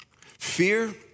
Fear